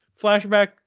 flashback